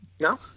No